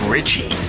Richie